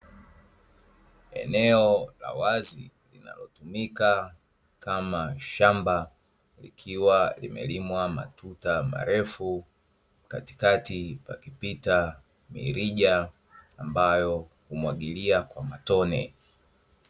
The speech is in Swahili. Eneo la wazi linalotumika kama shamba, likiwa limelimwa matuta marefu; katikati pakipita mirija ambayo humwagilia kwa matone.